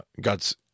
God's